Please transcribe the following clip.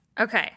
Okay